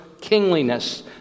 kingliness